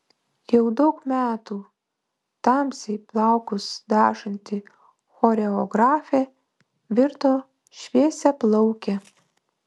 jau daug metų tamsiai plaukus dažanti choreografė virto šviesiaplauke